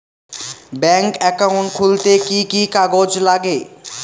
Bank account খুলতে কি কি কাগজ লাগে?